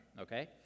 okay